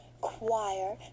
choir